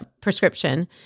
prescription